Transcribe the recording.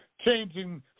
changing